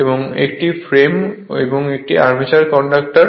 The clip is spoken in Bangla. এবং এটি ফ্রেম এবং এটি আর্মেচার কন্ডাক্টর